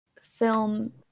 film